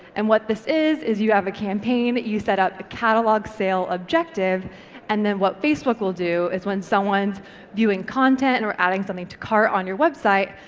and what this is, is you have a campaign that you set up a catalogue sale objective and then what facebook will do is when someone's viewing content and or adding something to cart on your website,